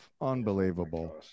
Unbelievable